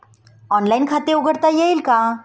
Online खाते उघडता येईल का?